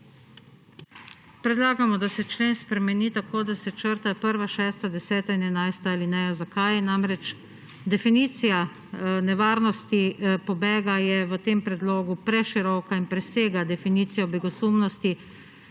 Predlagamo, da se člen spremeni tako, da se črtajo prva, šesta, deseta in enajsta alineja. Zakaj? Definicija nevarnosti pobega je v tem predlogu preširoka in presega definicijo begosumnosti,